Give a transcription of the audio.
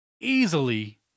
easily